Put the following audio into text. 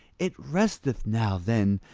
it resteth now, then,